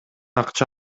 акча